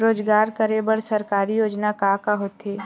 रोजगार करे बर सरकारी योजना का का होथे?